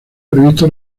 previsto